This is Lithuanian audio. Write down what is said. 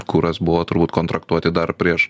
kuras buvo turbūt kontraktuoti dar prieš